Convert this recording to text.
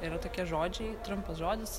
yra tokie žodžiai trumpas žodis